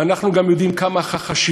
ואנחנו גם יודעים מה החשיבות,